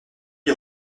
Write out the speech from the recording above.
lui